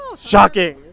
shocking